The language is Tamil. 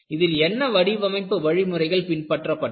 இதில் என்ன வடிவமைப்பு வழிமுறைகள் பின்பற்றப்பட்டன